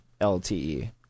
LTE